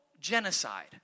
genocide